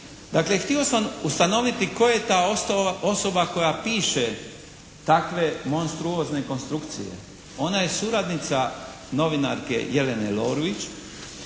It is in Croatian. Dakle htio sam ustanoviti tko je ta osoba koja piše takve monstruozne konstrukcije. Ona je suradnica novinarke Jelene